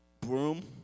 Broom